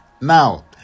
Now